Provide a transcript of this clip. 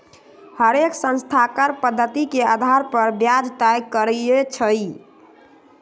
हरेक संस्था कर्व पधति के अधार पर ब्याज तए करई छई